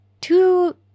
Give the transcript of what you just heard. Two